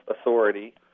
authority—